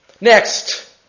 Next